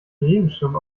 regenschirm